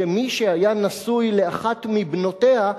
שמי שהיה נשוי לאחת מבנותיה,